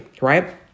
right